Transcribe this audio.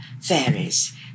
fairies